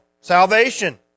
salvation